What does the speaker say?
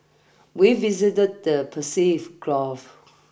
we visited the Gulf